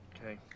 okay